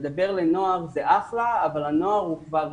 לדבר לנוער ב-אחלה אבל הנוער הוא כבר